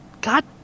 god